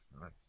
Nice